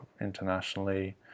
internationally